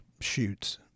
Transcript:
shoots